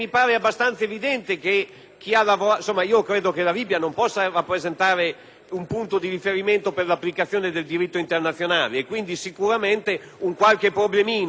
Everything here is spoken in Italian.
un punto di riferimento per l'applicazione del diritto internazionale. Quindi, sicuramente un qualche problema, anche di carte o di aspetti formali e quant'altro esiste. Occorre un'azione